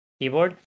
keyboard